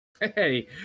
Hey